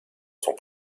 sont